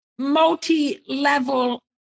multi-level